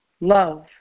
love